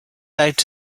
out